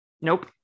Nope